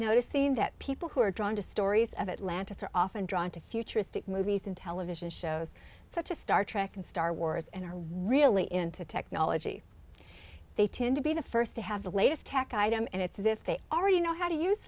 noticing that people who are drawn to stories of atlantis are often drawn to futuristic movie thing television shows such a star trek and star wars and are really into technology they tend to be the first to have the latest tech item and it's as if they already know how to use